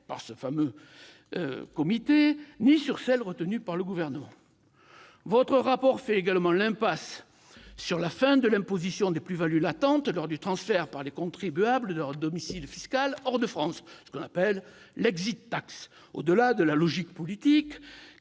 par ce fameux comité ni sur celles retenues par le Gouvernement. Votre rapport fait également l'impasse sur la fin de l'imposition des plus-values latentes lors du transfert par les contribuables de leur domicile fiscal hors de France, plus communément appelée. Au-delà de la logique politique